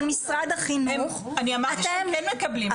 משרד החינוך --- אני אמרתי שהם כן מקבלים,